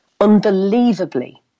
Unbelievably